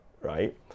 right